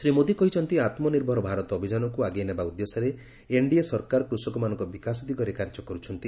ଶ୍ରୀ ମୋଦି କହିଛନ୍ତି ଆତ୍ମନିର୍ଭର ଭାରତ ଅଭିଯାନକ୍ ଆଗେଇ ନେବା ଉଦ୍ଦେଶ୍ୟରେ ଏନ୍ଡିଏ ସରକାର କୃଷକମାନଙ୍କ ବିକାଶ ଦିଗରେ କାର୍ଯ୍ୟ କରୁଛନ୍ତି